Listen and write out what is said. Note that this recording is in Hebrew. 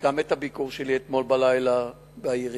גם את הביקור שלי אתמול בלילה בעירייה,